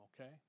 okay